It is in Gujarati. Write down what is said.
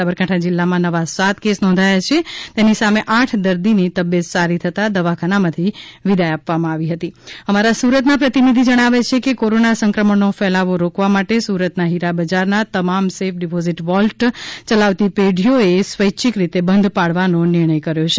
સાબરકાંઠા જિલ્લામાં નવા સાત કેસ નોંધાયા છે તેની સામે આઠ દર્દી ને તબિયત સારી થતાં દવાખાનામાથી વિદાય આપવામાં આવી હતી અમારા સુરતના પ્રતિનિધિ જણાવે છે કે કોરોના સંક્રમણનો ફેલાવો રોકવા માટે સુરતના હીરા બજારના તમામ સેફ ડિપોઝીટ વૉલ્ટ યલાવતી પેઢીઓ એ સ્વૈચ્છિક રીતે બંધ પાળવાનો નિર્ણય કર્યો છે